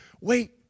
wait